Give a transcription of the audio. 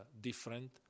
different